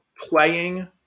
playing –